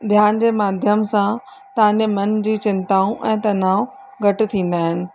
ध्यान जे माध्यम सां तव्हांजे मन जी चिंताऊं ऐं तनाउ घटि थींदा आहिनि